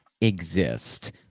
exist